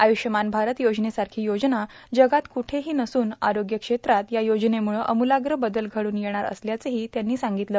आयुष्यमान भारत योजनेसारखी योजना जगात कुठेही नसून आरोग्य क्षेत्रात या योजनेम्रळं आम्रलाग्र बदल घड्रन येणार असल्यांचही त्यांनी सांगितलं